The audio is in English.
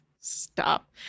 stop